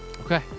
Okay